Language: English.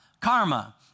karma